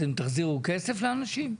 אתם תחזירו כסף לאנשים?